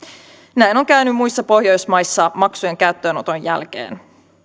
näin on käynyt muissa pohjoismaissa maksujen käyttöönoton jälkeen